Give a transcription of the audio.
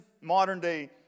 modern-day